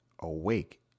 awake